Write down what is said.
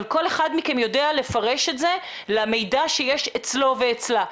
אבל כל אחד מכם יודע לפרש את זה למידע שיש אצלו ואצלה.